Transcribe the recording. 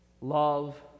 love